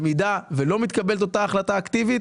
במידה שלא מתקבלת אותה החלטה אקטיבית